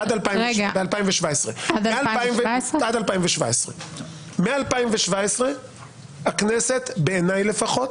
עד 2017. מ-2017 הכנסת, בעיניי לפחות,